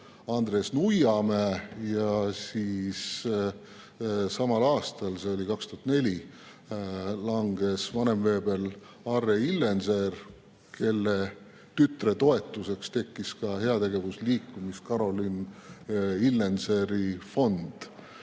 Andres Nuiamäe ja samal aastal, see oli 2004, langes vanemveebel Arre Illenzeer, kelle tütre toetuseks tekkis ka heategevusliikumine Carolin Illenzeeri Fond.